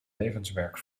levenswerk